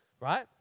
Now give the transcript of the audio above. right